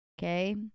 okay